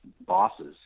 bosses